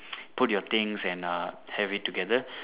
put your things and uh have it together